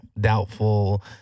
doubtful